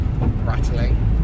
rattling